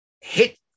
hit